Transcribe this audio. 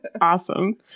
Awesome